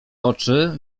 oczy